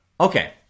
Okay